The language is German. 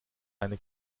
eine